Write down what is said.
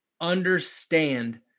understand